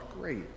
great